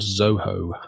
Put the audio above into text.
Zoho